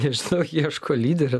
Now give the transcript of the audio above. nežinau ieško lyderio